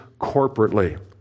corporately